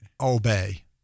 obey